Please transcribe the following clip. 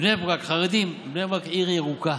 בני ברק, חרדים, בני ברק עיר ירוקה.